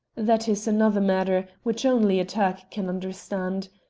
that is another matter, which only a turk can understand.